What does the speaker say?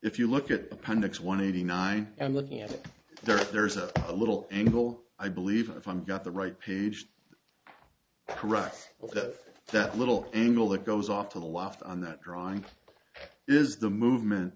if you look at appendix one eighty nine and looking at it there's a little angle i believe if i'm got the right page correct that little angle that goes off to the left on that drawing is the movement